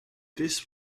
this